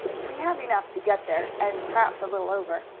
we have enough to get there, and perhaps a little over.